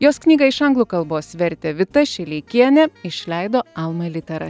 jos knygą iš anglų kalbos vertė vita šileikienė išleido alma litera